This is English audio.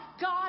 God